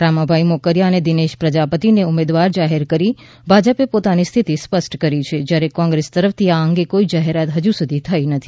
રામભાઇ મોકરિયા અને દિનેશ પ્રજાપતિને ઉમેદવાર જાહેર કરી ભાજપે પોતાની સ્થિતિ સ્પષ્ટ કરી છે જ્યારે કોંગ્રેસ તરફ થી આ અંગે કોઈ જાહેરાત હજુ સુધી થઈ નથી